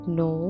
no